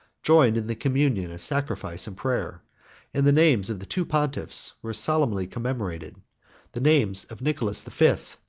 joined in the communion of sacrifice and prayer and the names of the two pontiffs were solemnly commemorated the names of nicholas the fifth,